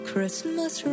Christmas